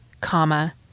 comma